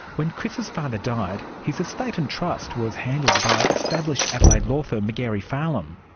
when chris's father died his estate and trust was handled by established adelaide law firm magarey farlam.